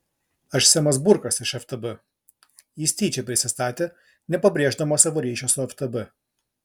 aš semas burkas iš ftb jis tyčia prisistatė nepabrėždamas savo ryšio su ftb